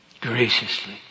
graciously